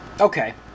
okay